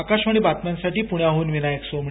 आकाशवाणी बातम्यांसाठी पुण्याहून विनायक सोमणी